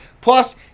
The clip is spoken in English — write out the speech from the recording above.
Plus